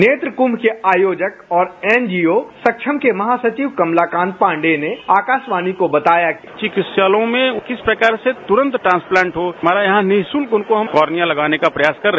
नेत्र कुंभ के आयोजक और एनजीओ सक्षम के महासचिव कमलाकांत पांडेय ने आकाशवाणी को बताया चिकित्सालयों में किस प्रकार से तुरंत ट्रांसप्लांट हो हमारा यहां निःशुल्क उनको हम कोनिया लगाने का प्रयास कर रहे